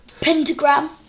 Pentagram